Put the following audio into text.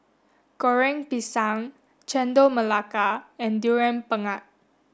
Goreng Pisang Chendol Melaka and durian pengat